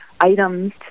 items